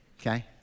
Okay